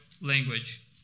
language